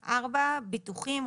ביטוחים,